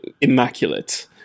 immaculate